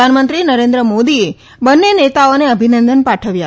પ્રધાનમંત્રી નરેન્દ્ર મોદીએ બંને નેતાઓને અભિનંદન પાઠવ્યા